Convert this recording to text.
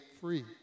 free